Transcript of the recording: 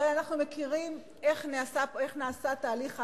הרי אנחנו מכירים איך נעשה תהליך ההצבעה,